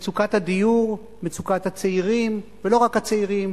מצוקת הדיור, מצוקת הצעירים, ולא רק צעירים,